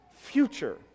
future